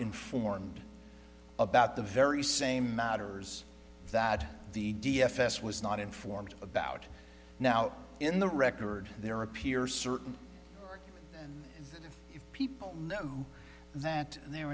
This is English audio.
informed about the very same matters that the d f s was not informed about now in the record there appears certain and if people know that their